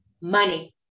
Money